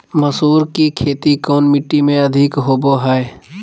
मसूर की खेती कौन मिट्टी में अधीक होबो हाय?